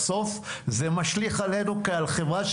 בסוף זה משליך עלינו כעל חברה,